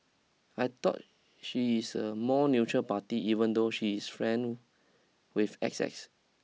I thought she is a more neutral party even though she is friend with X X